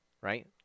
Right